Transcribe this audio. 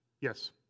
Yes